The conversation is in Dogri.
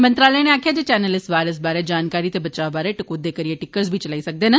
मंत्रालय नै आक्खेआ जे चैनल इस वायरस बारे जानकारी ते बचाव बारे टकोदा करियै टिकरस बी चलाई सकदे न